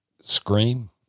Scream